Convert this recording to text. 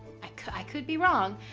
i could i could be wrong,